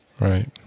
Right